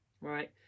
right